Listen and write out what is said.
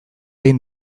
egin